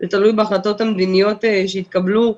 זה תלוי בהחלטות המדיניות שיתקבלו.